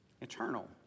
eternal